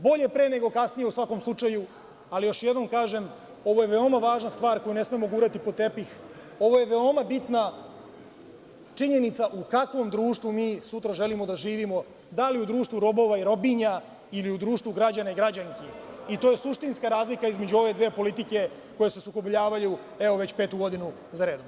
Bolje pre, nego kasnije, u svakom slučaju, ali još jednom kažem, ovo je veoma važna stvar koju ne smemo gurati pod tepih, ovo je veoma bitna činjenica u kakvom društvu mi sutra želimo da živimo, da li u društvu robova i robinja ili u društvu građana i građanski, i to je suštinska razlika između ove dve politike koje se sukobljavaju već petu godinu zaredom.